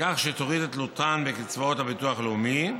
בכך שתוריד את תלותן בקצבאות הביטוח הלאומי,